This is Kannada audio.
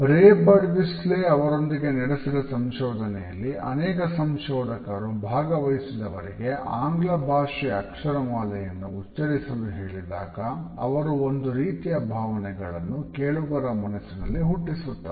ರೇ ಬರ್ಡ್ವಿಸ್ಲೆ ಅವರೊಂದಿಗೆ ನಡೆಸಿದ ಸಂಶೋಧನೆಯಲ್ಲಿ ಅನೇಕ ಸಂಶೋಧಕರು ಭಾಗವಹಿಸಿದವರಿಗೆ ಆಂಗ್ಲ ಭಾಷೆಯ ಅಕ್ಷರಮಾಲೆಯನ್ನು ಉಚ್ಚರಿಸಲು ಹೇಳಿದಾಗ ಅವರು ಒಂದು ರೀತಿಯ ಭಾವನೆಗಳನ್ನು ಕೇಳುಗರ ಮನಸಿನಲ್ಲಿ ಹುಟ್ಟಿಸುತ್ತದೆ